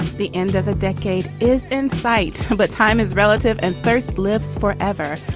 the end of a decade is in sight, but time is relative and thirst lives forever.